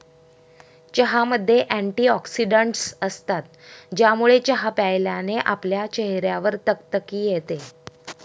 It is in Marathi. चहामध्ये अँटीऑक्सिडन्टस असतात, ज्यामुळे चहा प्यायल्याने आपल्या चेहऱ्यावर तकतकी येते